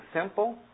simple